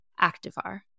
Activar